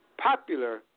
popular